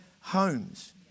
homes